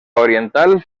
oriental